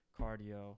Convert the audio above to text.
cardio